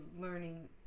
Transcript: learning